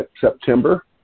September